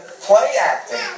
play-acting